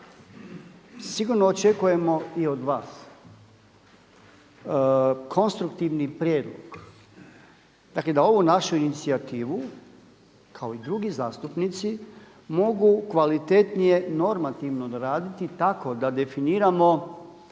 sigurno očekujemo i od vas konstruktivni prijedlog, dakle da ovu našu inicijativu kao i drugi zastupnici mogu kvalitetnije normativno doraditi tako da definiramo